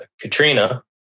Katrina